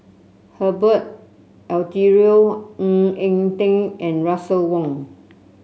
Herbert Eleuterio Ng Eng Teng and Russel Wong